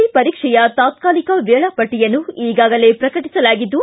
C ಪರೀಕ್ಷೆಯ ತಾತ್ಕಾಲಿಕ ವೇಳಾಪಟ್ಟಿಯನ್ನು ಈಗಾಗಲೇ ಪ್ರಕಟಸಲಾಗಿದ್ದು